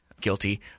guilty